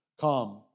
come